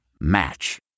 Match